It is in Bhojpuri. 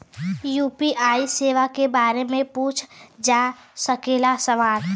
यू.पी.आई सेवा के बारे में पूछ जा सकेला सवाल?